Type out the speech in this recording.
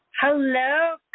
Hello